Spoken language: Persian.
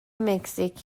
مکزیک